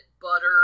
butter